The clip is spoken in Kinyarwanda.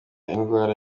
indwara